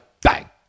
bang